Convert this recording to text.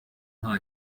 nta